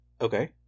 Okay